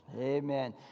Amen